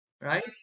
right